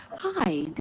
Hi